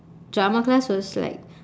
drama class was like